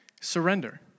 surrender